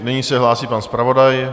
Nyní se hlásí pan zpravodaj.